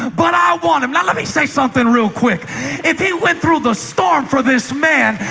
but i want him now let me say something real quick if he went through the storm for this man,